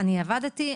אני עבדתי,